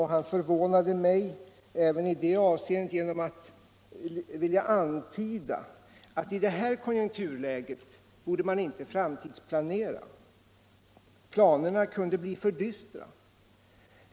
Han förvånade mig även i det avseendet genom att vilja antyda Om varvsindustrins att man i nu rådande konjunkturläge inte borde framtidsplanera — pla = problem nerna kunde bli för dystra.